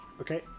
Okay